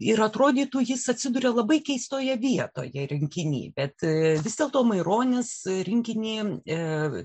ir atrodytų jis atsiduria labai keistoje vietoje rinkiny bet vis dėlto maironis rinkinį